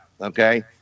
Okay